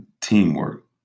teamwork